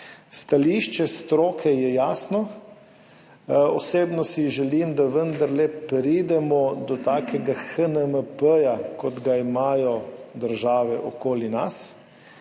Stališče stroke je jasno. Osebno si želim, da vendarle pridemo do take HNMP, kot jo imajo države okoli nas,